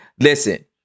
Listen